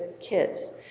kids